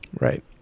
Right